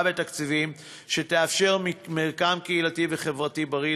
בתקציבים שתאפשר מרקם קהילתי וחברתי בריא